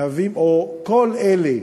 או כל אלה